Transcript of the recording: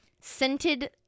scented